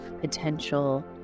potential